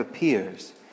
appears